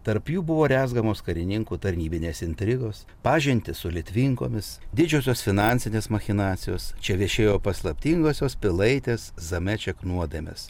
tarp jų buvo rezgamos karininkų tarnybinės intrigos pažintys su litvinkomis didžiosios finansinės machinacijos čia viešėjo paslaptingosios pilaitės zameček nuodėmės